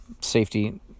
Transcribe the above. safety